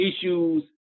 issues